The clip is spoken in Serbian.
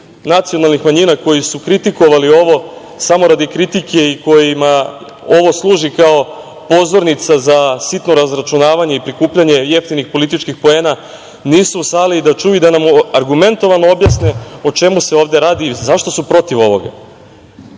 nacionalnih manjina koji su kritikovali ovo samo radi kritike i kojima ovo služi kao pozornica za sitno razračunavanje i prikupljanje jeftinih političkih poena nisu u sali da čuju i da nam argumentovano objasne o čemu se ovde radi, zašto su protiv ovoga. Čini